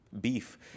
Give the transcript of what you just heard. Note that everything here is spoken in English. beef